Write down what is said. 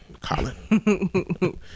Colin